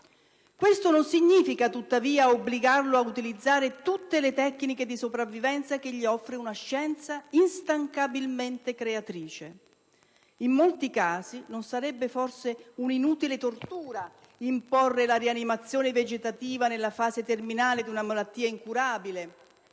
Questo non significa, tuttavia, obbligarlo ad utilizzare tutte le tecniche di sopravvivenza che gli offre una scienza instancabilmente creatrice. In molti casi non sarebbe forse un'inutile tortura imporre la rianimazione vegetativa nella fase terminale di una malattia incurabile?